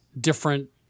different